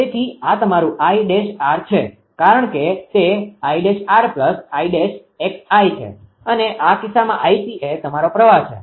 તેથી આ તમારું 𝐼′𝑟 છે કારણ કે તે 𝐼′𝑟 𝐼′𝑥𝑙 છે અને આ કિસ્સામાં 𝐼𝑐 એ તમારો પ્રવાહ છે